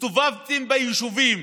הסתובבתם ביישובים